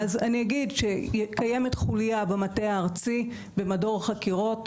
אז אני אגיד שקיימת חוליה במטה הארצי במדור חקירות,